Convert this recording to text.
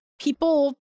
people